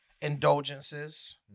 indulgences